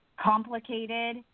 complicated